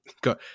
Go